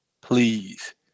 Please